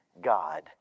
God